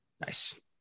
Nice